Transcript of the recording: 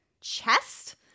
chest